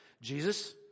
Jesus